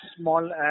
small